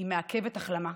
היא מעכבת החלמה,